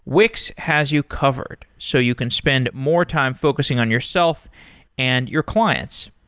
wix has you covered, so you can spend more time focusing on yourself and your clients.